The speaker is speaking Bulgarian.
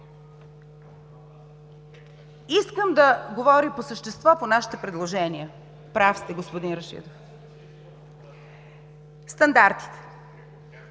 Искам да говоря по същество по нашите предложения. Прав сте, господин Рашидов. Стандартите.